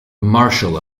marshal